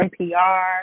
NPR